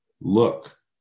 Look